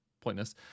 pointless